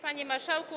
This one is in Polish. Panie Marszałku!